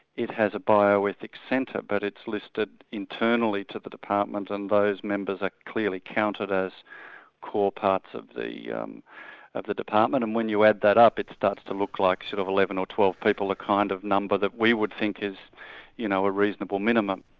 it has a bioethics centre, but it's listed internally to the department and those members are clearly counted as core parts of the yeah um of the department, and when you add that up, it starts to look like sort of eleven or twelve people, the kind of number that we would think is you know a reasonable minimum.